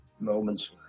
Moments